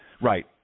right